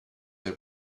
they